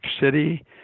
City